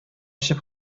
эчеп